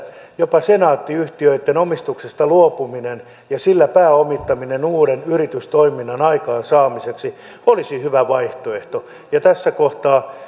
jopa senaatti yhtiöitten omistuksesta luopuminen ja sillä pääomittaminen uuden yritystoiminnan aikaansaamiseksi olisi hyvä vaihtoehto ja tässä kohtaa